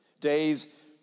days